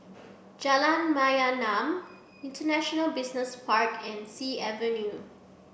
Jalan Mayaanam International Business Park and Sea Avenue